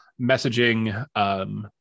messaging